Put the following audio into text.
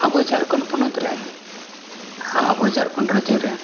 ᱟᱵᱚ ᱡᱷᱟᱨᱠᱷᱚᱸᱰ ᱯᱚᱱᱚᱛ ᱨᱮᱱ ᱭᱟ ᱟᱵᱚ ᱡᱷᱟᱨᱠᱷᱚᱸᱰ ᱨᱟᱡᱽᱡᱚ ᱨᱮ